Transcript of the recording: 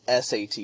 SAT